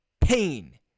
pain